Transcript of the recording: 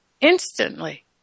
Instantly